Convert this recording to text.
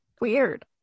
Weird